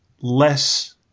less